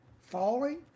Falling